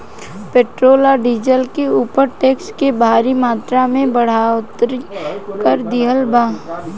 petrol आ diesel के ऊपर टैक्स के भारी मात्रा में बढ़ोतरी कर दीहल बा